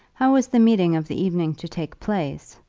how was the meeting of the evening to take place,